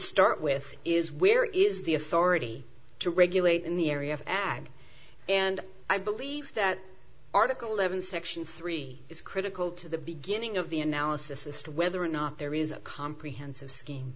start with is where is the authority to regulate in the area of ag and i believe that article eleven section three is critical to the beginning of the analysis as to whether or not there is a comprehensive s